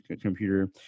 computer